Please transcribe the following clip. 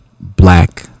Black